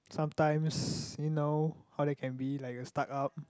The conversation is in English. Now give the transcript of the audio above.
sometimes you know how they can be like a stuck up